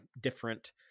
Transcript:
different